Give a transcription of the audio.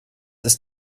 ist